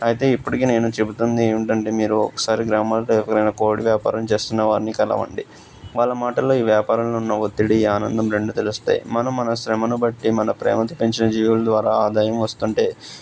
అయితే ఇప్పటికీ నేను చెబుతున్నది ఏమింటంటే మీరు ఒకసారి గ్రామాల్లో ఎవరైనా కోడి వ్యాపారం చేస్తున్నవారిని కలవండి వాళ్ళ మాటల్లో ఈ వ్యాపారంలో ఉన్న ఒత్తిడి ఆనందం రెండు తెలుస్తాయి మనం మన శ్రమను బట్టి మన ప్రేమతో పెంచిన జీవుల ద్వారా ఆదాయం వస్తుంటే